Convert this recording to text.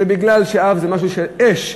זה מפני שאב זה משהו של אש,